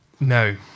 No